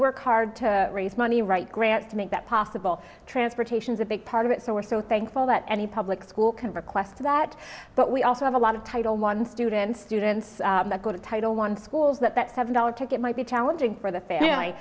work hard to raise money right grant to make that possible transportations a big part of it so we're so thankful that any public school can request that but we also have a lot of title one student students that go to title one schools that have a dollar ticket might be challenging for the family